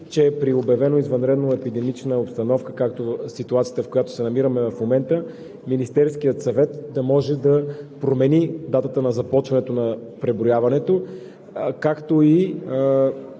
че при обявена извънредна епидемична обстановка, както е ситуацията, в която се намираме в момента, Министерският съвет да може да промени датата на започването на преброяването, както и